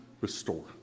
restore